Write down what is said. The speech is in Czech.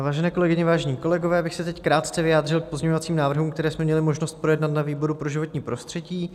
Vážené kolegyně, vážení kolegové, já bych se teď krátce vyjádřil k pozměňovacím návrhům, které jsme měli možnost projednat na výboru pro životní prostředí.